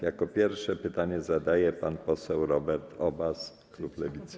Jako pierwszy pytanie zadaje pan poseł Robert Obaz, klub Lewicy.